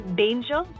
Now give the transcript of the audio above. danger